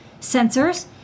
sensors